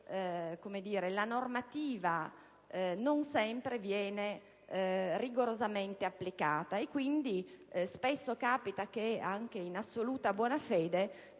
la normativa non sempre viene rigorosamente applicata. Quindi spesso capita che, anche in assoluta buona fede,